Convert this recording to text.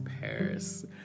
Paris